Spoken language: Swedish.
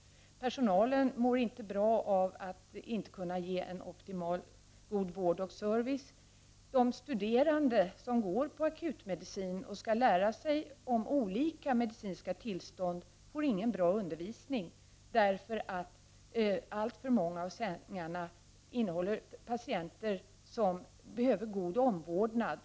Personalen mår inte bra av att inte kunna ge en optimal och god vård och service. De medicinstuderande, som skall studera olika medicinska tillstånd, får ingen bra undervisning därför att det i alltför många av sängarna finns patienter som behöver god omvårdnad.